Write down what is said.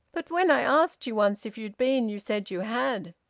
but when i asked you once if you'd been, you said you had.